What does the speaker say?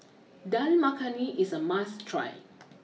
Dal Makhani is a must try